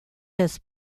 his